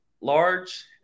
large